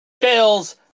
Bills